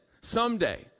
someday